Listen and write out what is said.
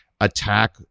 attack